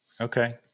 Okay